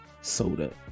soda